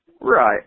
Right